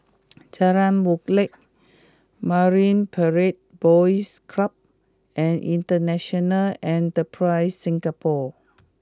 Jalan Molek Marine Parade Boys Club and International Enterprise Singapore